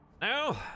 No